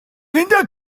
linda